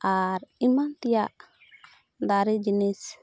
ᱟᱨ ᱮᱢᱟᱱ ᱛᱮᱭᱟᱜ ᱫᱟᱨᱮ ᱡᱤᱱᱤᱥ